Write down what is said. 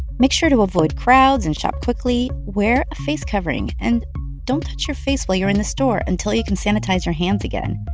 make sure to avoid crowds and shop quickly. wear a face covering and don't touch your face while you're in the store until you can sanitize your hands again.